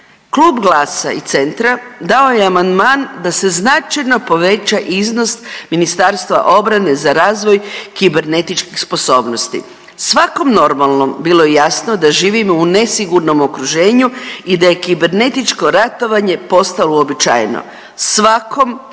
Klub GLAS-a i Centra dao je amandman da se značajno poveća iznos Ministarstva obrane za razvoj kibernetičkih sposobnosti. Svakom normalnom bilo je jasno da živimo u nesigurnom okruženju i da je kibernetičko ratovanje postalo uobičajeno, svakom, naravno